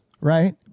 right